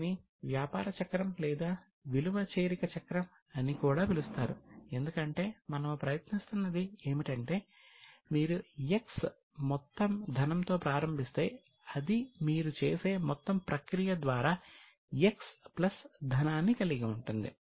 దీనిని వ్యాపార చక్రం లేదా విలువ చేరిక చక్రం అని కూడా పిలుస్తారు ఎందుకంటే మనము ప్రయత్నిస్తున్నది ఏమిటంటే మీరు x మొత్తం ధనంతో ప్రారంభిస్తే అది మీరు చేసే మొత్తం ప్రక్రియ ద్వారా x ప్లస్ ధనాన్ని కలిగి ఉంటుంది